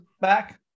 back